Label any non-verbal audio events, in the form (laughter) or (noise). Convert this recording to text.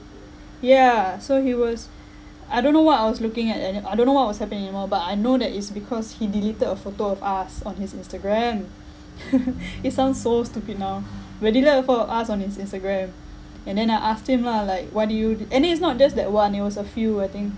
yeah so he was I don't know what I was looking at and then I don't know what was happening anymore but I know that it's because he deleted a photo of us on his instagram (laughs) it sounds so stupid now he deleted a photo of us on his instagram and then I asked him lah like why did you and then it's not just that one it was a few I think